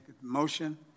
motion